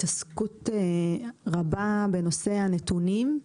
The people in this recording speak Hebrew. התעסקות רבה בנושא הנתונים,